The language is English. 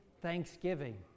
thanksgiving